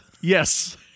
Yes